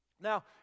Now